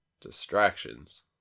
Distractions